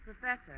Professor